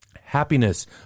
Happiness